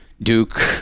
Duke